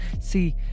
See